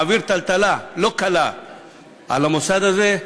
מעביר טלטלה לא קלה על המוסד הזה.